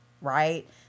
right